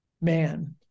man